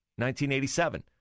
1987